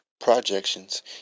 projections